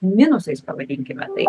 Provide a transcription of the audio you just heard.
minusais pavadinkime taip